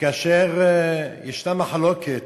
וכאשר ישנה מחלוקת,